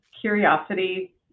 curiosity